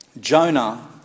Jonah